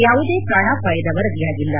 ಯಾವುದೇ ಪ್ರಾಣಾಪಾಯದ ವರದಿಯಾಗಿಲ್ಲ